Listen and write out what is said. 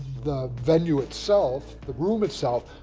the venue itself, the room itself,